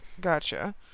gotcha